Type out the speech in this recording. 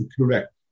correct